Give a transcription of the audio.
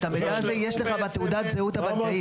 את המידע הזה יש לך בתעודת זהות הבנקאית.